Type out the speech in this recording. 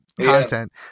content